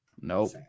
Nope